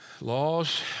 laws